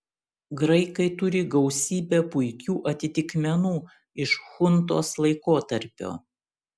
graikai turi gausybę puikių atitikmenų iš chuntos laikotarpio